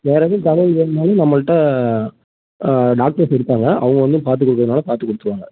வேறு எதுவும் தகவல் வேண்ணாலும் நம்மள்கிட்ட டாக்டர்ஸ் இருக்காங்க அவங்க வந்து பார்த்து கொடுக்கறனாலும் பார்த்துக் கொடுத்துருவாங்க